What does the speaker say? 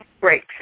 Great